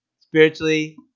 spiritually